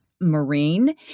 Marine